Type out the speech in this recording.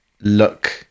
look